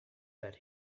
that